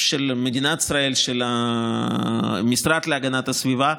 של מדינת ישראל, של המשרד להגנת הסביבה.